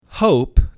Hope